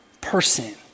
person